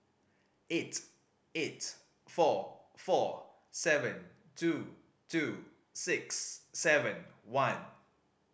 eight eight four four seven two two six seven one